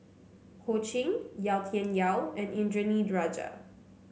Ho Ching Yau Tian Yau and Indranee Rajah